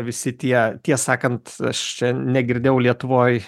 visi tie tie sakant aš negirdėjau lietuvoj